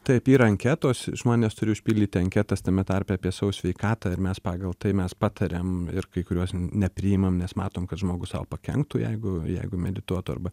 taip yra anketos žmonės turi užpildyti anketas tame tarpe apie savo sveikatą ir mes pagal tai mes patariam ir kai kuriuos nepriimam nes matom kad žmogus sau pakenktų jeigu jeigu medituotų arba